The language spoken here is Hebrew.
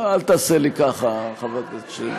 אל תעשה לי ככה, חבר הכנסת שטרן,